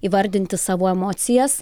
įvardinti savo emocijas